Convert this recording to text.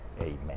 Amen